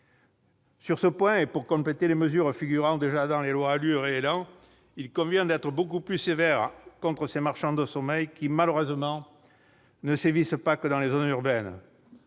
Sur ce point, pour compléter les mesures figurant déjà dans les lois ALUR et ÉLAN, il convient d'être beaucoup plus sévère avec les « marchands de sommeil », lesquels ne sévissent pas uniquement dans les zones urbaines.